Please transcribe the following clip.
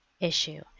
issue